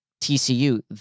TCU